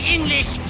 English